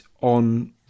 on